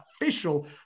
official